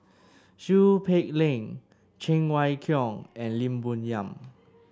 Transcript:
Seow Peck Leng Cheng Wai Keung and Lim Bo Yam